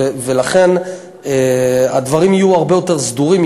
ולכן הדברים יהיו הרבה יותר סדורים.